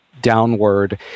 downward